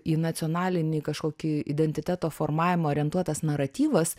į nacionalinį kažkokį identiteto formavimo orientuotas naratyvas